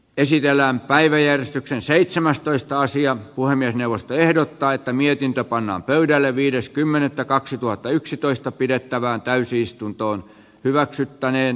esitellään päiväjärjestyksen seitsemästoista sija puhemiesneuvosto ehdottaa että mietintö pannaan pöydälle viides kymmenettä kaksituhattayksitoista pidettävään täysistuntoon hyväksyttäneen